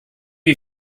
you